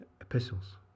Epistles